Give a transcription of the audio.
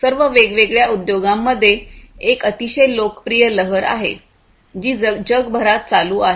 सर्व वेगवेगळ्या उद्योगांमध्ये एक अतिशय लोकप्रिय लहर आहे जी जगभरात चालू आहे